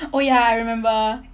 oh ya I remember